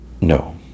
no